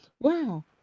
Wow